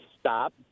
Stop